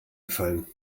gefallen